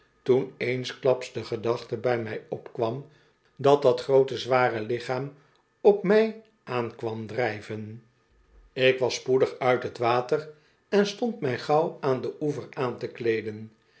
toen eensklaps de gedachte bij mij opkwam dat dat groote zware lichaam op mij aan kwam drijven ik was spoedig uit t water en stond mij gauw aan den oever aan te kleeden